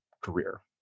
career